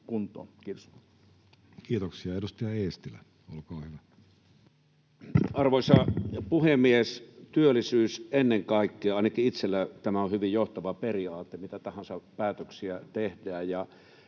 talousarvioksi vuodelle 2025 Time: 17:14 Content: Arvoisa puhemies! Työllisyys ennen kaikkea — ainakin itselläni tämä on hyvin johtava periaate, mitä tahansa päätöksiä tehdään.